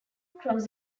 cross